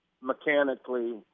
mechanically